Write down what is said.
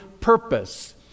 purpose